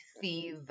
thief